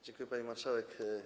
Dziękuję, pani marszałek.